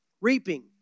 reaping